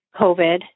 covid